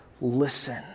listen